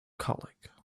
colic